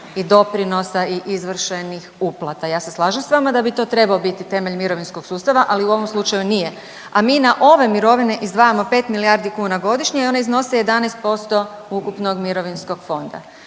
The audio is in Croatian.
i doprinosa i izvršenih uplata. Ja se slažem sa vama da bi to trebao biti temelj mirovinskog sustava, ali u ovom slučaju nije, a mi na ove mirovine izdvajamo pet milijardi kuna godišnje i one iznose 11% ukupnog mirovinskog fonda,